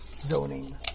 zoning